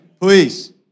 Please